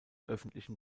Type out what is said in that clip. öffentlichen